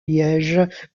liège